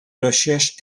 recherches